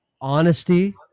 Honesty